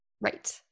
Right